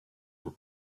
were